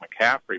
McCaffrey